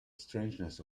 strangeness